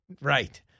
Right